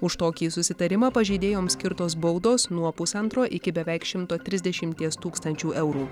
už tokį susitarimą pažeidėjoms skirtos baudos nuo pusantro iki beveik šimto trisdešimties tūkstančių eurų